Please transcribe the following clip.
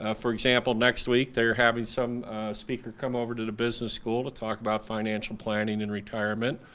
ah for example, next week they're having some speaker come over to the business school to talk about financial planning and retirement.